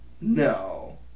No